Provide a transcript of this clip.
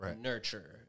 nurture